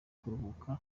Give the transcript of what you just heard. kuruhuka